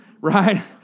right